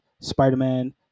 Spider-Man